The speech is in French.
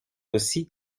aussi